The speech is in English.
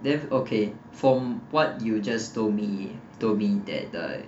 then okay from what you just told me told me that the